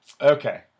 Okay